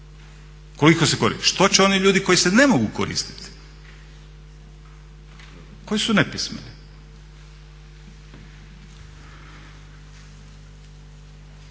ljudi se koristi time. Što će oni ljudi koji se ne mogu koristiti? Koji su nepismeni.